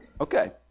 Okay